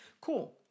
cool